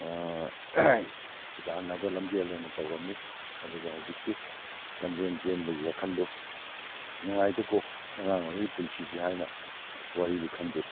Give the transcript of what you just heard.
ꯍꯤꯗꯥꯟꯅꯕ ꯂꯝꯖꯦꯟ ꯑꯅ ꯇꯧꯔꯝꯏ ꯑꯗꯨꯕꯨ ꯍꯧꯖꯤꯛꯇꯤ ꯂꯝꯖꯦꯟ ꯆꯦꯟꯕꯒꯤ ꯋꯥꯈꯟꯗꯨ ꯅꯨꯡꯉꯥꯏꯗꯀꯣ ꯑꯉꯥꯡ ꯑꯣꯏꯔꯤꯉꯩ ꯄꯨꯟꯁꯤꯁꯦ ꯍꯥꯏꯅ ꯋꯥꯔꯤꯗꯨ ꯈꯟꯖꯩ